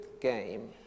game